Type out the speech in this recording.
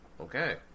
okay